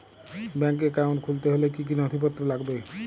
Bank account খুলতে হলে কি কি নথিপত্র লাগবে?